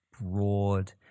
broad